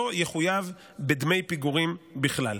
לא יחויב בדמי פיגורים בכלל.